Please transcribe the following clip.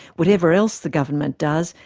whatever else the government does,